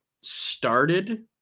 started